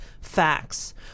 facts